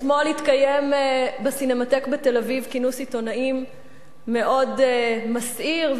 אתמול התקיים בסינמטק בתל-אביב כינוס עיתונאים מאוד מסעיר,